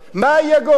מה יהיה גורלו?